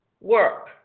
work